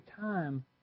time